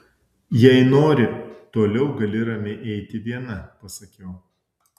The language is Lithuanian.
jei nori toliau gali ramiai eiti viena pasakiau